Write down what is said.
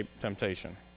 temptation